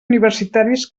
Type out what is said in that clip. universitaris